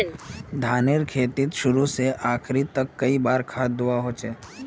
धानेर खेतीत शुरू से आखरी तक कई बार खाद दुबा होचए?